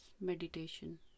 meditation